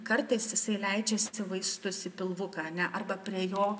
kartais jisai leidžiasi vaistus į pilvuką ane arba prie jo